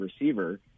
receiver